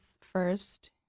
first